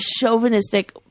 chauvinistic